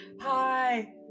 Hi